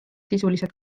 sisuliselt